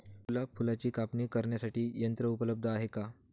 गुलाब फुलाची कापणी करण्यासाठी यंत्र उपलब्ध आहे का?